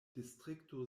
distrikto